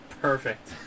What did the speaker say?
Perfect